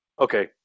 Okay